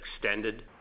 extended